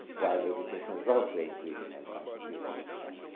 while educational growth rate increasing and contributing to that.